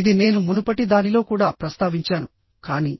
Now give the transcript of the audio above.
ఇది నేను మునుపటి దానిలో కూడా ప్రస్తావించాను కానీ